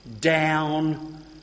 down